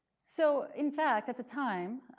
so in fact at the time,